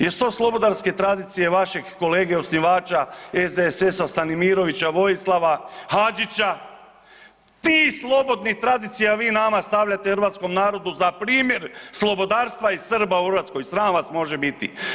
Jesu to slobodarske tradicije vašeg kolege osnivača SDSS-a Stanimirovića Vojislava, Hadžića, ti slobodni tradicija vi nama stavljate hrvatskom narodu za primjer slobodarstva i Srba u Hrvatskoj, sram vas može biti.